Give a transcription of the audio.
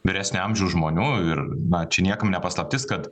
vyresnio amžiaus žmonių ir na čia niekam ne paslaptis kad